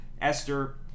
Esther